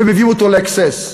ומביאים אותו ל-access.